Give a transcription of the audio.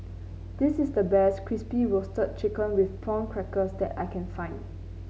this is the best Crispy Roasted Chicken with Prawn Crackers that I can find